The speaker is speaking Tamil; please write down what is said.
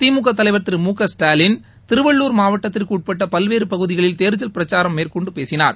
திமுக தலைவர் திரு மு க ஸ்டாலின் திருவள்ளுர் மாவட்டத்திற்கு உட்பட்ட பல்வேறு பகுதிகளில் தேர்தல் பிரச்சாரம் மேற்கொண்டு பேசினார்